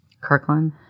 Kirkland